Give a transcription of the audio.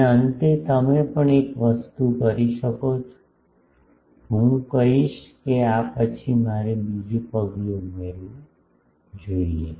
અને અંતે તમે પણ એક વસ્તુ કરી શકો છો હું કહીશ કે આ પછી મારે બીજું પગલું ઉમેરવું જોઈએ